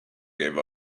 give